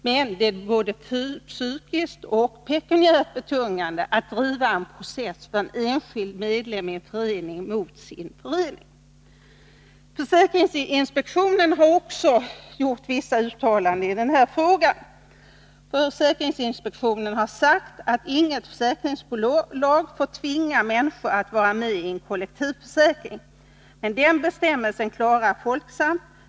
Men det är både psykiskt och pekuniärt betungande att driva en process för en enskild medlem i en förening mot sin förening. Försäkringsinspektionen har också gjort vissa uttalanden i denna fråga och sagt att inget försäkringsbolag får tvinga människor att vara med i en kollektiv försäkring. Men den bestämmelsen klarar Folksam.